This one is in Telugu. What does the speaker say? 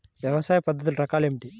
వ్యవసాయ పద్ధతులు రకాలు ఏమిటి?